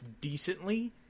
decently